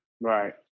Right